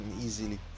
easily